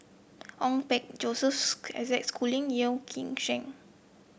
Ong Peng Joseph Isaac Schooling Yeoh Ghim Seng